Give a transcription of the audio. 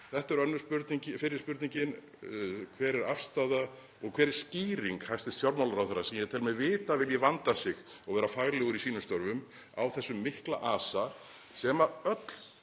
Þetta er fyrri spurningin. Hver er afstaða og hver er skýring hæstv. fjármálaráðherra, sem ég tel mig vita að vilji vanda sig og vera faglegur í sínum störfum, á þessum mikla asa sem öll